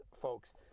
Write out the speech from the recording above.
folks